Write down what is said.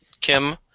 Kim